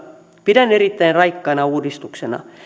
pidän erittäin raikkaana uudistuksena